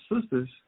sisters